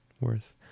worth